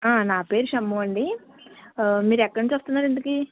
నా పేరు షమ్ము అండి మీరెక్కడ నుండి వస్తున్నారు ఇంతకీ